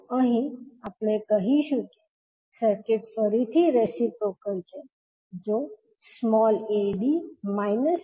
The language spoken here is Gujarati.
તો અહીં આપણે કહીશું કે સર્કિટ ફરીથી રેસીપ્રોકલ છે જો ad bc